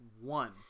one